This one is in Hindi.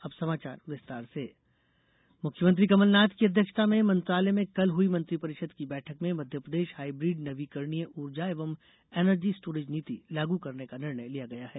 अब समाचार विस्तार से मंत्रिमंडल मुख्यमंत्री कमल नाथ की अध्यक्षता में मंत्रालय में कल हुई मंत्रि परिषद की बैठक में मध्यप्रदेश हाइब्रिड नवीकरणीय ऊर्जा एवं एनर्जी स्टोरेज नीति लागू करने का निर्णय लिया गया है